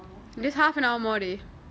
just half an hour day